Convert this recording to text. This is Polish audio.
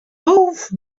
połów